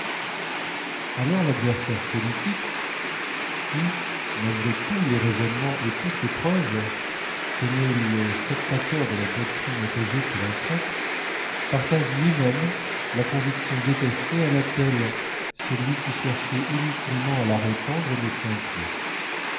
alors l'adversaire politique qui malgré tous les raisonnements et toutes les preuves tenait le sectateur de la doctrine opposée pour un traître partage lui-même la conviction détestée à laquelle celui qui cherchait inutilement à la répandre ne tient plus